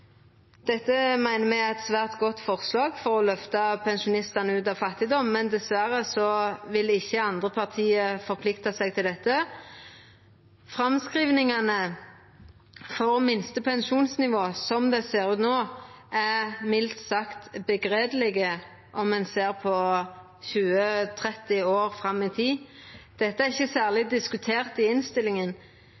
meiner me er eit svært godt forslag for å løfta pensjonistane ut av fattigdom, men dessverre vil ikkje andre parti forplikta seg til det. Framskrivingane for minste pensjonsnivå er, slik det ser ut no, mildt sagt sørgjelege, om ein ser 20–30 år fram i tid. Dette er ikkje diskutert i særleg